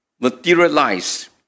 materialize